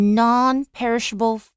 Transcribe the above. non-perishable